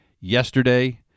yesterday